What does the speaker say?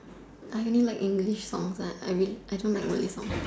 I only like English songs I I really I don't like Malay songs